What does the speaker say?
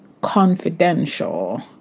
confidential